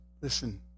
listen